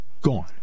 gone